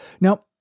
Now